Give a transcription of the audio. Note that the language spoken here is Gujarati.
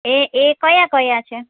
એ એ કયા કયા છે